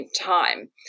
time